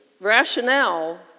rationale